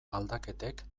aldaketek